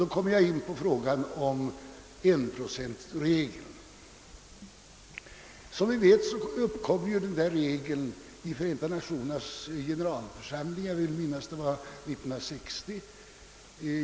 Då kommer jag in på frågan om enprocentregeln. Som ni vet tillkom denna regel i Förenta Nationernas generalförsamling, jag vill minnas att det var 1960.